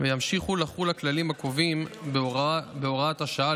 וימשיכו לחול הכללים הקובעים בהוראת השעה,